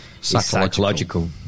psychological